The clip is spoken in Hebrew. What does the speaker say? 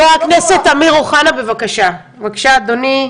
חבר הכנסת אמיר אוחנה, בבקשה, אדוני.